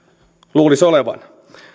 luulisi olevan